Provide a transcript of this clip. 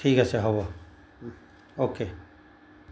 ঠিক আছে হ'ব অ'কে